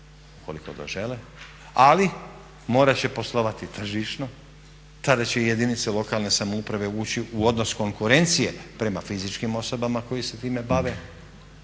ukoliko to žele ali morat će poslovati tržišno, tada će i jedinice lokalne samouprave ući u odnos konkurencije prema fizičkim osobama koje se time bave,